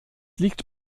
liegt